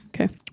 Okay